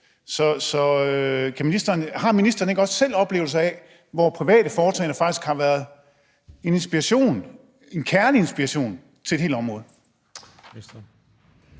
Har ministeren ikke også selv en oplevelse af, at private foretagender faktisk har været en inspiration, en kerneinspiration, for et helt område?